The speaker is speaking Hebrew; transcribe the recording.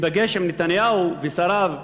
ייפגש עם נתניהו ושריו,